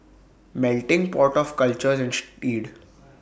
melting pot of cultures inch deed